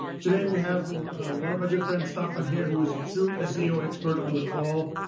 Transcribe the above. today we have one of our good friends, staffan here, who is a true seo expert on the call.